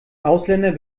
ausländer